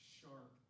sharp